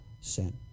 sin